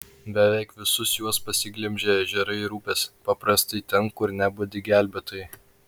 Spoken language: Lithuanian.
beveik visus juos pasiglemžė ežerai ir upės paprastai ten kur nebudi gelbėtojai